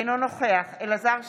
אינו נוכח אלעזר שטרן,